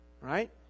Right